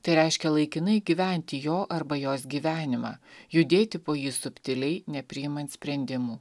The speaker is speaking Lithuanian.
tai reiškia laikinai gyventi jo arba jos gyvenimą judėti po jį subtiliai nepriimant sprendimų